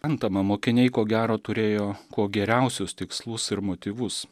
antama mokiniai ko gero turėjo kuo geriausius tikslus ir motyvus